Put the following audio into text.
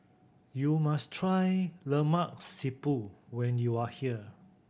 you must try Lemak Siput when you are here